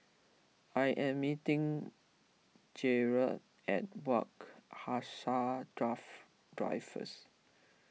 I am meeting Jerad at Wak Hassa draft drive first